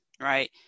right